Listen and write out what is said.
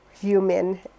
human